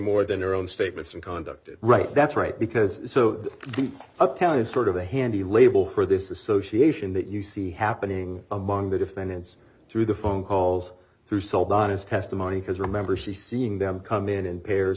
more than your own statements and conduct it right that's right because so uptown is sort of a handy label for this association that you see happening among the defendants through the phone calls through sold on is testimony because remember she seeing them come in in pairs